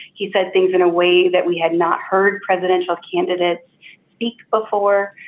he said things in a way that we had not heard presidential candidates speak before.